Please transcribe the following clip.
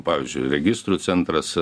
pavyzdžiui registrų centras